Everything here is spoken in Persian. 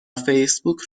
فیسبوک